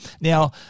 Now